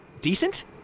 decent